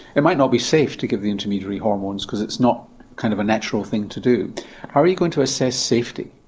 it might not be safe to give the intermediary hormones because it's not kind of a natural thing to do. how are you going to assess safety?